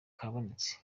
kabonetse